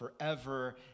forever